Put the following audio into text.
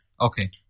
Okay